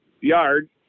yard